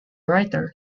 writer